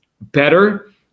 better